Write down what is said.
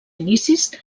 inicis